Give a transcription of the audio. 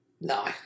No